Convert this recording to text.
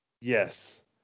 Yes